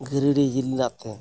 Giridih ᱡᱮᱞᱟᱛᱮ